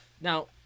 Now